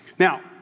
Now